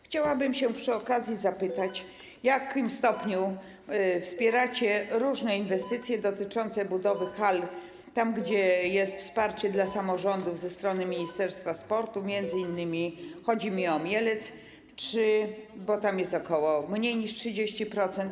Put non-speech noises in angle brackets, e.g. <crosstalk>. Chciałabym przy okazji zapytać, <noise> w jakim stopniu wspieracie różne inwestycje dotyczące budowy hal, tam gdzie jest wsparcie dla samorządów ze strony ministerstwa sportu, m.in. chodzi mi o Mielec, bo tam jest mniej niż 30%.